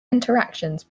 interactions